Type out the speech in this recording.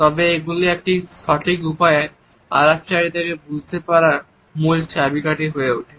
তবে এগুলি একটি সঠিক উপায়ে আলাপচারিতাকে বুঝতে পারার মূল চাবিকাঠি হয়ে ওঠে